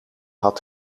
had